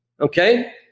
okay